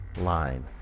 line